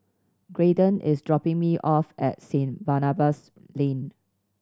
Graydon is dropping me off at Saint Barnabas Lane